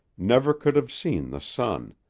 never could have seen the sun,